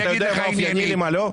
אתה יודע מה אופייני לי ומה לא?